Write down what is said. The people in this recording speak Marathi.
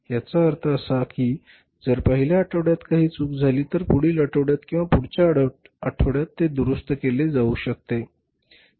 याचा अर्थ असा की जर पहिल्या आठवड्यात काही चूक झाली तर पुढील आठवड्यात किंवा पुढच्या आठवड्यात ते दुरुस्त केले जाऊ शकते